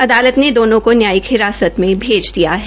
अदालत ने दोनों को न्यायिक हिरासत में भेज दिया है